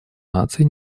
наций